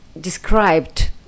described